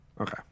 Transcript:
Okay